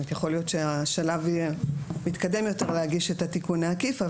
יכול להיות שבשלב מתקדם יותר אפשר יהיה להגיש את התיקון העקיף,